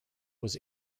was